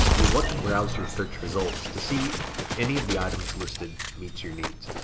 you'll want to browse your search results to see if any of the items listed meets your needs.